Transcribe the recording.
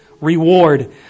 reward